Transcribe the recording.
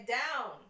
down